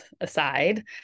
aside